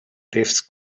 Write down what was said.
drifts